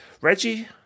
Reggie